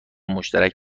مشترک